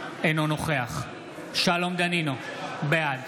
אינו נוכח שלום דנינו, בעד